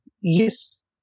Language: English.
yes